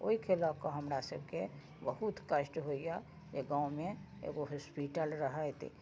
ओइके लअके हमरा सबके बहुत कष्ट होइए अइ गाँवमे एगो हॉस्पिटल रहैत